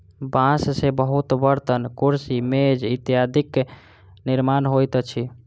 बांस से बहुत बर्तन, कुर्सी, मेज इत्यादिक निर्माण होइत अछि